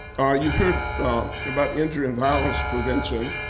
you've heard about injury and violence prevention,